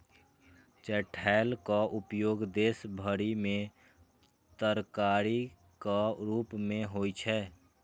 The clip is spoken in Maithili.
चठैलक उपयोग देश भरि मे तरकारीक रूप मे होइ छै